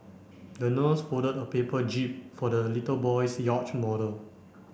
the nurse folded a paper jib for the little boy's yacht model